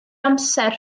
amser